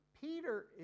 Peter